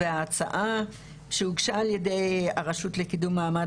וההצעה שהוגשה על ידי הרשות לקידום מעמד